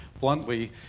bluntly